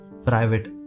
Private